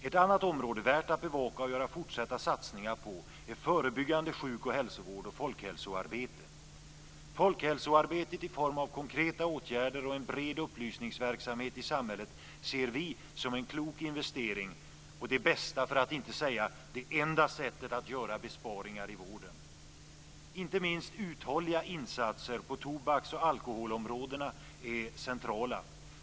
Ett annat område värt att bevaka och göra fortsatta satsningar på är förebyggande sjuk och hälsovård och folkhälsoarbete. Folkhälsoarbetet i form av konkreta åtgärder och en bred upplysningsverksamhet i samhället ser vi som en klok investering och det bästa, för att inte säga det enda, sättet att göra besparingar i vården. Inte minst uthålliga insatser på tobaksoch alkoholområdena är centrala.